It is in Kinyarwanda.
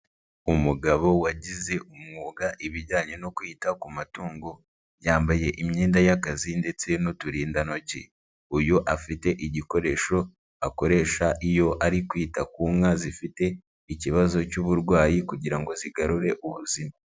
Umugabo wagize umwuga ibijyanye no kwita ku matungo. Yambaye imyenda y'akazi ndetse n'uturindantoki. Uyu afite igikoresho akoresha iyo ari kwita ku nka zifite ikibazo cy'uburwayi kugira ngo zigarure ubuzima.